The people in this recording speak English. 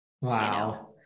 Wow